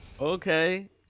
Okay